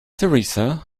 teresa